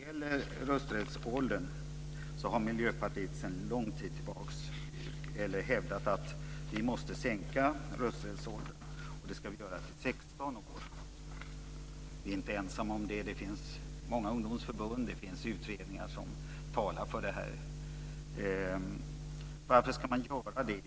Här har Miljöpartiet sedan lång tid tillbaka hävdat att vi måste sänka rösträttsåldern till 16 år. Vi är inte ensamma om det. Många ungdomsförbund och utredningar talar för detta. Varför ska man göra det?